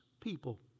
people